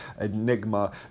Enigma